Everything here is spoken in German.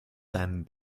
deinem